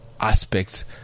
aspects